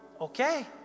Okay